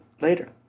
later